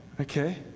okay